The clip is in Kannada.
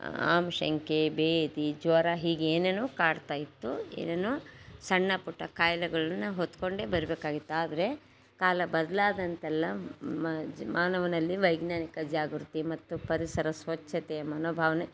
ಆಮಶಂಕೆ ಭೇದಿ ಜ್ವರ ಹೀಗೆ ಏನೇನೋ ಕಾಡ್ತಾ ಇತ್ತು ಏನೇನೋ ಸಣ್ಣಪುಟ್ಟ ಖಾಯಿಲೆಗಳ್ನು ನಾವು ಹೊತ್ತುಕೊಂಡೇ ಬರ್ಬೇಕಾಗಿತ್ತು ಆದರೆ ಕಾಲ ಬದಲಾದಂತೆಲ್ಲ ಮಾನವನಲ್ಲಿ ವೈಜ್ಞಾನಿಕ ಜಾಗೃತಿ ಮತ್ತು ಪರಿಸರ ಸ್ವಚ್ಛತೆ ಮನೋಭಾವನೆ